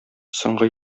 соңгы